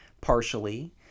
partially